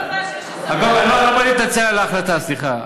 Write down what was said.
רגע, אני לא בא להתנצל על ההחלטה, סליחה.